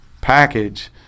package